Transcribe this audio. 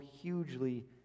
hugely